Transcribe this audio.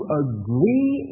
agree